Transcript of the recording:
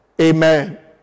Amen